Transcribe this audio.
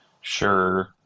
sure